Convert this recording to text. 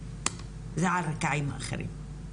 זה ערכאות אחרות.